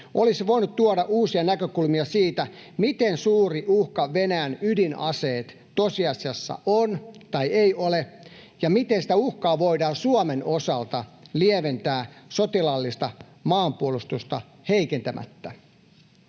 olisi voinut tuoda uusia näkökulmia siitä, miten suuri uhka Venäjän ydinaseet tosiasiassa ovat tai eivät ole ja miten sitä uhkaa voidaan Suomen osalta lieventää sotilaallista maanpuolustusta heikentämättä.